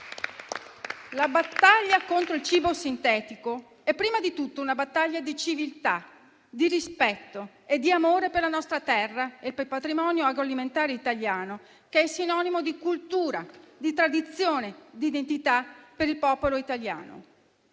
La battaglia contro il cibo sintetico è prima di tutto una battaglia di civiltà, di rispetto e di amore per la nostra terra e per il patrimonio agroalimentare italiano, che è sinonimo di cultura, di tradizione e di identità per il popolo italiano.